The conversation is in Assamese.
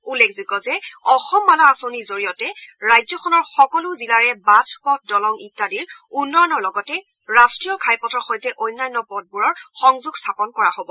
উল্লেখযোগ্য যে অসম মালা আঁচনিৰ জৰিয়তে ৰাজ্যখনৰ সকলো জিলাৰে বাট পথ দলং ইত্যাদিৰ উন্নয়নৰ লগতে ৰাষ্ট্ৰীয় ঘাইপথৰ সৈতে অন্যান্য পথবোৰৰ সংযোগ স্থাপন কৰা হ'ব